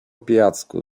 pijacku